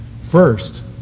First